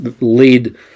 lead